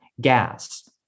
gas